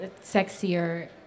sexier